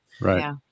Right